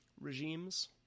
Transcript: regimes